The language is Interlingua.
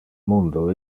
mundo